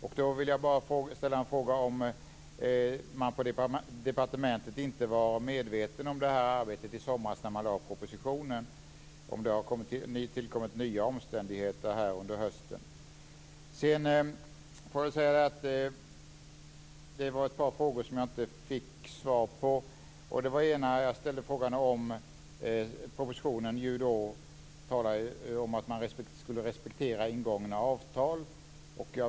Jag vill bara fråga om man på departementet inte var medveten om det arbetet i somras när man lade propositionen, och om det har tillkommit nya omständigheter under hösten. Det var ett par frågor som jag inte fick svar på. Den ena gällde frågan om att man i propositionen talar om att man skall respektera ingångna avtal.